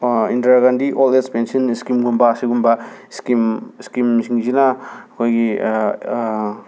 Indira Gandhi old age pension ꯁ꯭ꯀꯤꯝꯒꯨꯝꯕ ꯁꯤꯒꯨꯝꯕ scheme ꯁ꯭ꯀꯤꯝꯁꯤꯡꯁꯤꯅ ꯑꯩꯈꯣꯏꯒꯤ